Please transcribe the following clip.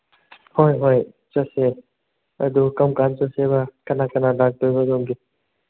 ꯍꯣꯏ ꯍꯣꯏ ꯆꯠꯁꯦ ꯑꯗꯣ ꯀꯔꯝꯀꯥꯟ ꯆꯠꯁꯦꯕ ꯀꯅꯥ ꯀꯅꯥ ꯂꯥꯛꯇꯣꯏꯕ ꯑꯗꯣꯝꯒꯤ